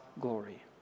glory